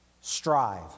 Strive